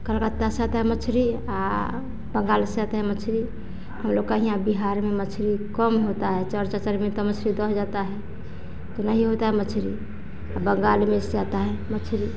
कलकत्ता से आता है मछरी बंगाल से आता है मछ्ली हम लोग का हिया बिहार में मछ्ली कम होता है चार चाचर में तो मछ्ली बह जाता है तो नहीं होता है मछ्ली बंगाल में इससे आता है मछ्ली